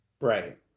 Right